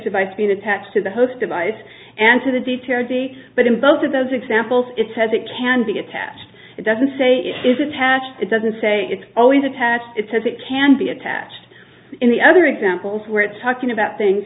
device being attached to the host device and to the details but in both of those examples it says it can be attached it doesn't say it is attached it doesn't say it's always attached it says it can be attached in the other examples where it's talking about things